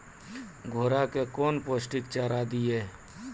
घोड़ा कौन पोस्टिक चारा दिए?